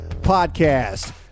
Podcast